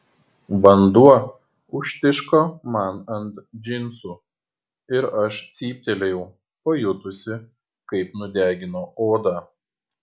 vanduo užtiško man ant džinsų ir aš cyptelėjau pajutusi kaip nudegino odą